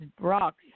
rocks